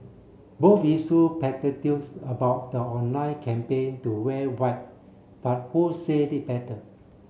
both issue platitudes about the online campaign to wear white but who said it better